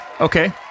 Okay